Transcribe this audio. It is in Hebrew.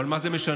אבל מה זה משנה,